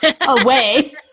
away